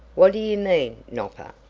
what do you mean, nopper?